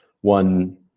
one